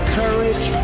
courage